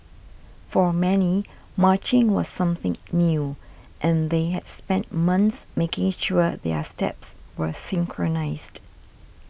for many marching was something new and they had spent months making sure their steps were synchronised